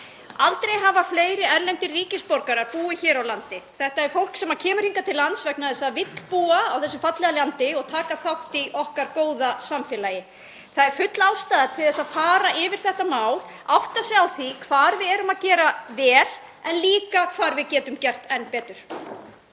Aldrei hafa fleiri erlendir ríkisborgarar búið hér á landi. Þetta er fólk sem kemur hingað til lands vegna þess að það vill búa á þessu fallega landi og taka þátt í okkar góða samfélagi. Það er full ástæða til að fara yfir þetta mál, átta sig á því hvar við erum að gera vel en líka hvar við getum gert enn betur.